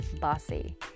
Bossy